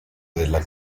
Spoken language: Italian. della